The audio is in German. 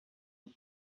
und